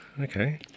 Okay